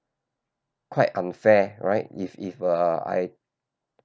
quite unfair right if if uh I